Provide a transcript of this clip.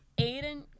Aiden